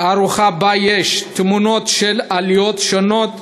תערוכה שבה יש תמונות של עליות שונות,